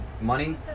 money